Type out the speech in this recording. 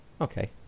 okay